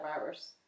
virus